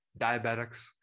diabetics